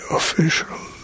official